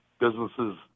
businesses